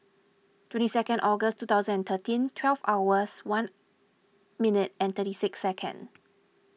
twenty second August two thousand and thirteen twelve hours one minute and thirty six second